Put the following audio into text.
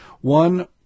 One